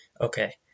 Okay